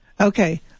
Okay